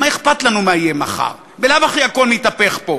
מה אכפת לנו מה יהיה מחר, בלאו הכי הכול מתהפך פה.